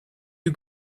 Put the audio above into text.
you